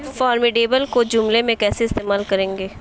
formidable کو جملے میں کیسے استعمال کریں گے